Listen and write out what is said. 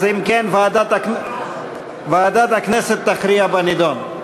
אז אם כן, ועדת הכנסת תכריע בנדון.